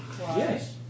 Yes